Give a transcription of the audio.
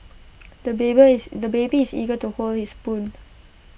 the is the baby is eager to hold his spoon